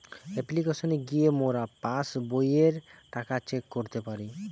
অপ্লিকেশনে গিয়ে মোরা পাস্ বইয়ের টাকা চেক করতে পারি